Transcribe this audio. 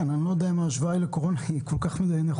אני לא יודע אם ההשוואה לקורונה כל כך נכונה.